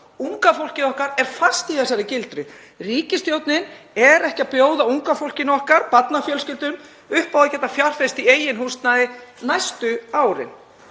unga fólkið okkar er fast í þessari gildru. Ríkisstjórnin er ekki að bjóða unga fólkinu okkar og barnafjölskyldum upp á að geta fjárfest í eigin húsnæði næstu árin.